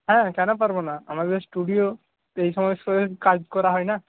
হ্যাঁ কেন পারব না আমাদের স্টুডিও এইসব অনুষ্ঠানের কাজ করা হয় না